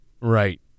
Right